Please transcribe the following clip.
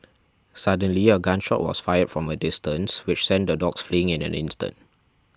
suddenly a gun shot was fired from a distance which sent the dogs flee in an instant